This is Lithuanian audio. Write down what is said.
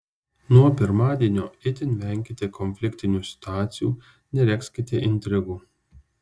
nuo pirmadienio itin venkite konfliktinių situacijų neregzkite intrigų